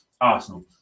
Arsenal